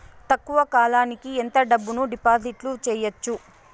తక్కువ కాలానికి ఎంత డబ్బును డిపాజిట్లు చేయొచ్చు?